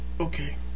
Okay